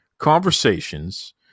conversations